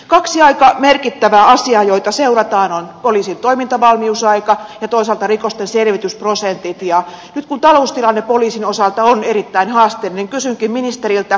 kaksi aika merkittävää asiaa joita seurataan ovat poliisin toimintavalmiusaika ja toisaalta rikosten selvitysprosentit ja nyt kun taloustilanne poliisin osalta on erittäin haasteellinen kysynkin ministeriltä